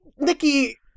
Nikki